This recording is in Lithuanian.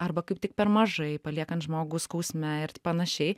arba kaip tik per mažai paliekant žmogų skausme ir panašiai